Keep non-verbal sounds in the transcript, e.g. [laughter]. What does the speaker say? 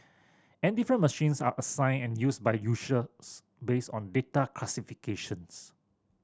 and different machines are assigned and used by [unintelligible] based on data classifications